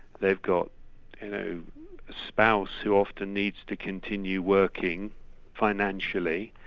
they've got and a spouse who often needs to continue working financially,